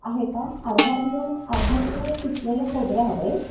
आहे का अर्धा किलो अर्धा किलो किसलेलं खोबरं हवं आहे